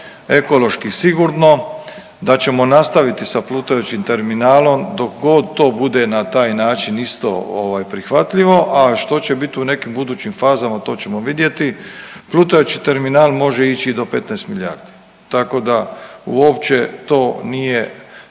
ekološki sigurno. Da ćemo nastaviti sa plutajućim terminalom dok god to bude na taj način isto ovaj prihvatljivo, a što će biti u nekim budućim fazama to ćemo vidjeti. Plutajući terminal može ići i do 15 milijardi. Tako da uopće to nije